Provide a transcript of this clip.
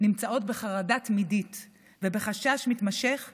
נמצאות בחרדה תמידית ובחשש מתמשך מפגיעה,